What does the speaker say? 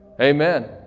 Amen